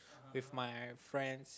with my friends